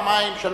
פעמיים,